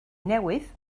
newydd